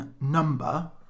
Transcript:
number